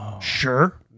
sure